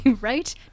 right